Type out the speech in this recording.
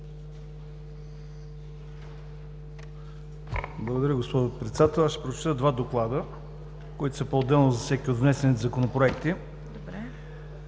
Благодаря, госпожо Председател. Ще прочета два доклада, които са поотделно за всеки от внесените законопроекти. „ДОКЛАД